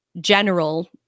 general